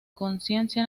conciencia